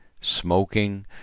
smoking